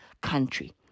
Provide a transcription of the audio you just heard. country